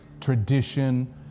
tradition